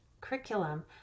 curriculum